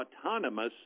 autonomous